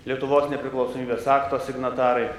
lietuvos nepriklausomybės akto signatarai